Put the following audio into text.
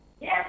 Yes